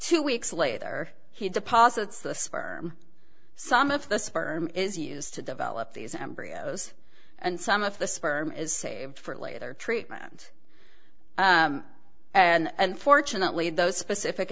two weeks later he deposits the sperm some of the sperm is used to develop these embryos and some of the sperm is saved for later treatment and unfortunately those specific